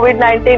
COVID-19